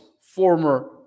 former